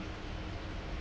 mm